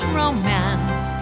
romance